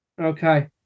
Okay